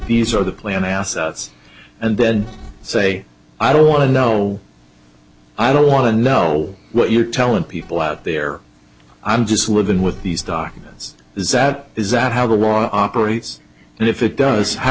these are the plan assets and then say i don't want to know i don't want to know what you're telling people out there i'm just living with these documents zat is that how the law operates and if it does